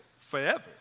forever